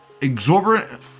exorbitant